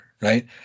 right